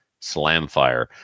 SLAMFIRE